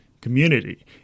community